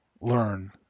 learn